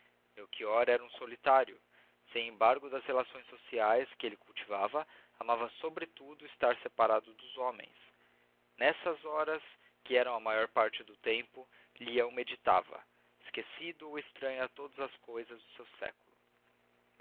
melchior era um solitário sem embargo das relações sociais que ele cultivava amava sobretudo estar separado dos homens nessas horas que eram a maior parte do tempo lia ou meditava esquecido ou estranho a todas as coisas do seu século